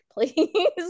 please